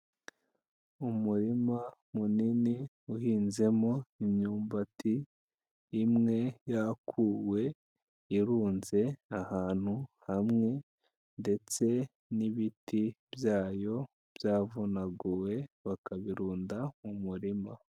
Umurima munini, uhinzemo imyumbati, imwe yakuwe, irunze ahantu hamwe ndetse n'ibiti byayo byavunaguwe, bakabirunda mu murima.